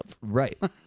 right